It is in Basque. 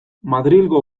madrilgo